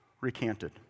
recanted